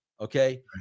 Okay